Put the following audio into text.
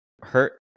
hurt